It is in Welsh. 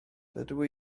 dydw